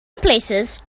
places